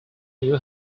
new